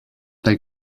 they